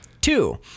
two